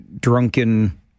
drunken